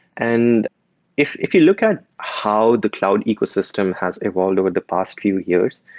and if if you look at how the cloud ecosystem has evolved over the past few years,